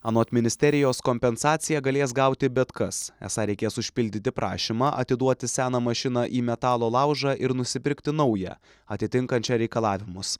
anot ministerijos kompensaciją galės gauti bet kas esą reikės užpildyti prašymą atiduoti seną mašiną į metalo laužą ir nusipirkti naują atitinkančią reikalavimus